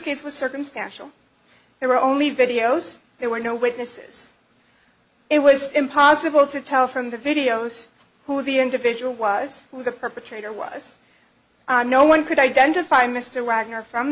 case was circumstantial there were only videos there were no witnesses it was impossible to tell from the videos who the individual was who the perpetrator was no one could identify mr radnor from